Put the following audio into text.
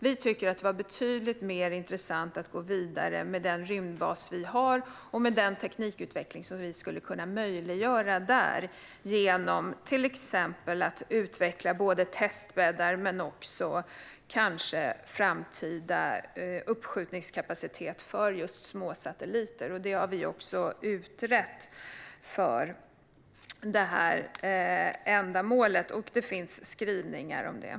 Vi tycker att det var betydligt mer intressant att gå vidare med den rymdbas vi har och den teknikutveckling vi skulle kunna möjliggöra där, till exempel genom att utveckla testbäddar och kanske framtida uppskjutningskapacitet för småsatelliter. Det har vi också utrett för det här ändamålet, och det finns skrivningar om det.